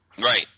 Right